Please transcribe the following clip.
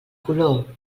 color